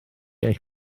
eich